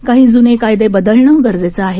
काही जुने कायदे बदलणं गरजेचं आहे